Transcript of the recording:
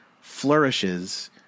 flourishes